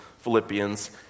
Philippians